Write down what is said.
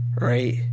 right